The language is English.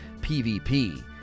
PvP